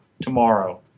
tomorrow